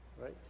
Right